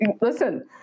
listen